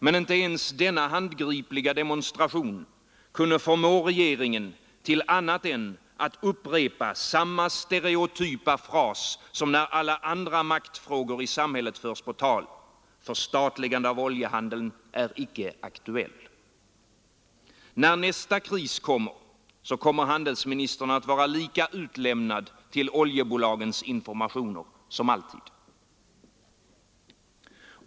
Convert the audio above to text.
Men inte ens denna handgripliga demonstration kunde förmå regeringen till annat än att upprepa samma stereotypa fras som när alla andra maktfrågor förs på tal: Förstatligande av oljehandeln är icke aktuellt. När nästa kris inträffar, kommer handelsministern att vara lika utlämnad till oljebolagens informationer som alltid.